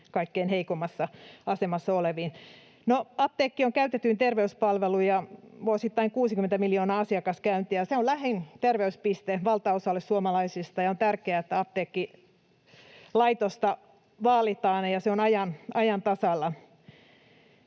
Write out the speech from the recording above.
kaikkein heikoimmassa asemassa oleviin. No, apteekki on käytetyin terveyspalvelu: vuosittain 60 miljoonaa asiakaskäyntiä. Se on lähin terveyspiste valtaosalle suomalaisista, ja on tärkeää, että apteekkilaitosta vaalitaan ja se on ajan tasalla.